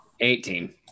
Eighteen